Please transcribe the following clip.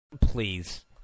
Please